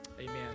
Amen